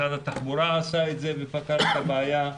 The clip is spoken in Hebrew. משרד התחבורה עשה את זה ופתר את הבעיה.